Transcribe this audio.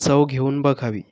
चव घेऊन बघावी